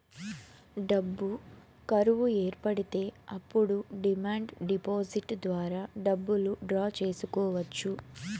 డబ్బు కరువు ఏర్పడితే అప్పుడు డిమాండ్ డిపాజిట్ ద్వారా డబ్బులు డ్రా చేసుకోవచ్చు